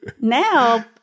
now